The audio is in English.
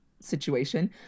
situation